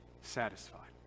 satisfied